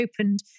opened